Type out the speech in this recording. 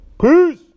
Peace